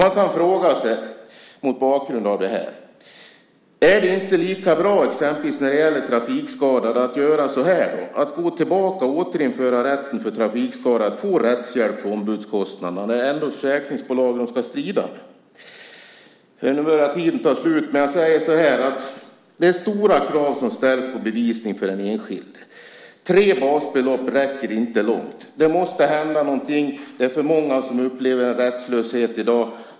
Man kan mot bakgrund av det fråga sig: Är det inte lika bra, som när det exempelvis gäller trafikskadade, att gå tillbaka och återinföra rätten till trafikskadade att få rättshjälp för ombudskostnaderna när ändå försäkringsbolagen ska strida? Det är stora krav som ställs på bevisning för den enskilde. Tre basbelopp räcker inte långt. Det måste hända någonting. Det är för många som upplever en rättslöshet i dag.